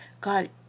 God